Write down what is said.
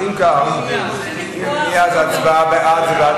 אם כך, אני מסכם.